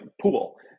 pool